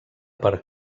per